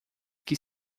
que